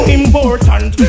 important